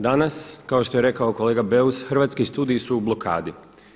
Danas kao što je rekao kolega Beus Hrvatski studiji su u blokadi.